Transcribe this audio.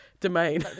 domain